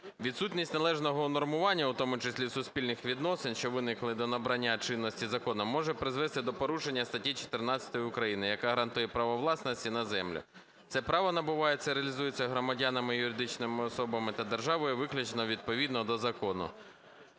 Відсутність належного унормування, у тому числі суспільних відносин, що виникли до набрання чинності законом, може призвести до порушення статті 14 України, яка гарантує право власності на землю. Це право набувається і реалізується громадянами і юридичними особами та державою виключно і відповідно до закону.